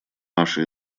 нашей